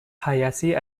hayashi